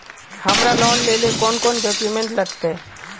हमरा लोन लेले कौन कौन डॉक्यूमेंट लगते?